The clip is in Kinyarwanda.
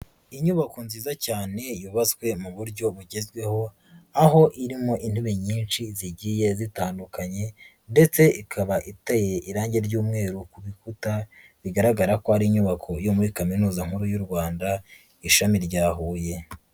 Inyubako nziza cyane yubatswe mu buryo bugezweho, aho irimo intebe nyinshi zigiye zitandukanye ndetse ikaba iteye irangi ry'umweru ku bikuta, bigaragara ko ari inyubako yo muri Kaminuza Nkuru y'u Rwanda ishami rya Huye.